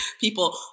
people